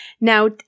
Now